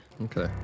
Okay